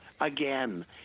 again